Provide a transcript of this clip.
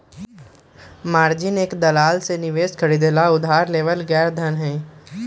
margin एक दलाल से निवेश खरीदे ला उधार लेवल गैल धन हई